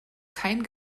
kein